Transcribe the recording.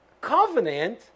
covenant